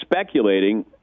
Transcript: speculating